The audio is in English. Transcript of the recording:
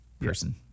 person